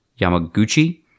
Yamaguchi